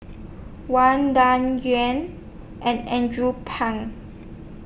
Wang Dayuan and Andrew Phang